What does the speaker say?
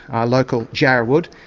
our local jarrah wood,